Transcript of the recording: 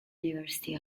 university